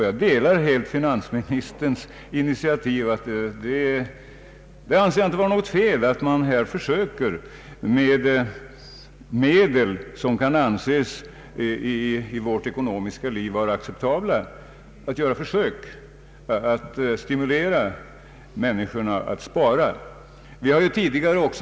Jag anser det inte vara något fel att man med metoder, som kan anses vara acceptabla, försöker stimulera människorna att spara.